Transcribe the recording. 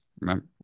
Remember